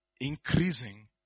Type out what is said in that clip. increasing